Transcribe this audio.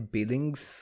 Billings